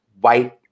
white